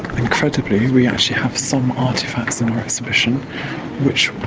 incredibly we actually have some artefacts in our exhibition which